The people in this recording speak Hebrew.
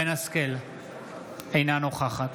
אינה נוכחת